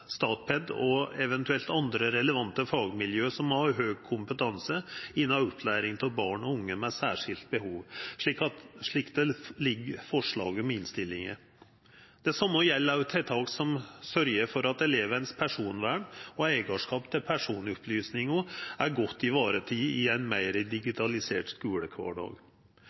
eventuelt andre relevante fagmiljø som har høg kompetanse innan opplæring av barn og unge med særskilte behov, slik det ligg forslag om i innstillinga. Det same gjeld òg tiltak som sørgjer for at elevens personvern og eigarskap til personopplysingar er godt vareteke i ein meir digitalisert skulekvardag.